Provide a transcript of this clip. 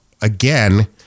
again